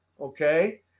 okay